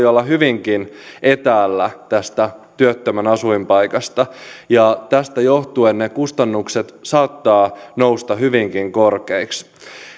olla hyvinkin etäällä tästä työttömän asuinpaikasta tästä johtuen kustannukset saattavat nousta hyvinkin korkeiksi